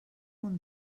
punt